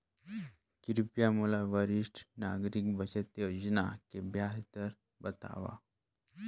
कृपया मोला वरिष्ठ नागरिक बचत योजना के ब्याज दर बतावव